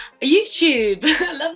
YouTube